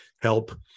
help